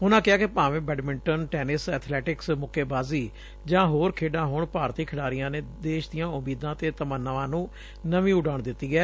ਉਨਾਂ ਕਿਹਾ ਕਿ ਭਾਵੇ ਬੈਡਮਿੰਟਨ ਟੈਨਿਸ ਅਬੈਲਕਟਿਸ ਮੁੱਕੇਬਾਜੀ ਜਾਂ ਹੋਰ ਖੇਡਾ ਹੋਣ ਭਾਰਤੀ ਖਿਡਾਰੀਆਂ ਨੇ ਦੇਸ਼ ਦੀਆਂ ਉਮੀਦਾਂ ਅਤੇ ਤੰਮਨਾਵਾਂ ਨੰ ਨਵੀਂ ਉਡਾਣ ਦਿੱਤੀ ਐ